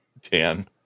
Dan